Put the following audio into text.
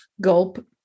gulp